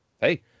hey